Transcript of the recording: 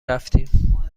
رفتیم